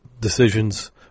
decisions